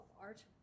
art